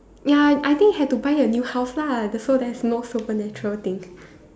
ya I I think had to buy a new house lah so there's no supernatural thing